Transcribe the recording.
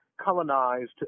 colonized